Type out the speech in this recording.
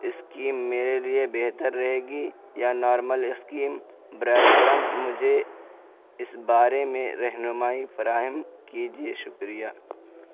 scheme میرے لیے بہتر رہے گی یا نارمل اسکیم برائے کرم مجھے اس بارے میں رہنمائی فراہم کیجیے شکریہ